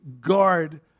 guard